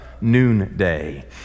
noonday